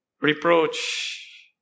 reproach